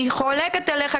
אני חולקת עליך,